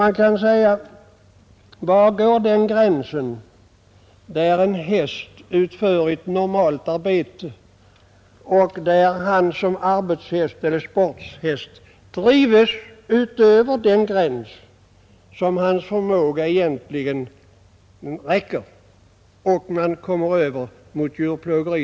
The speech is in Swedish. Var går gränsen mellan det stadium när en häst utför ett normalt arbete och det stadium när den såsom arbetshäst eller sporthäst drivs utöver sin förmåga och man kommer över till djurplågeri?